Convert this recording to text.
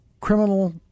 criminal